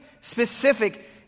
specific